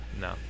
No